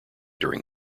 during